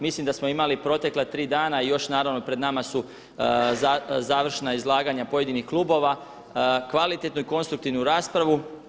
Mislim da smo imali protekla tri dana i još naravno pred nama su završna izlaganja pojedinih klubova kvalitetnu i konstruktivnu raspravu.